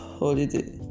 holiday